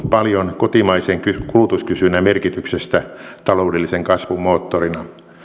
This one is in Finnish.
paljon kotimaisen kulutuskysynnän merkityksestä taloudellisen kasvun moottorina